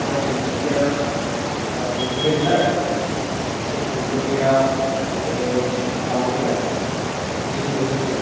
মই তিনচুিকীয়া তিনিচুকীয়া জিলাৰ এইটো পৰ্বতীয়া এইটো গাঁও বুলি কয়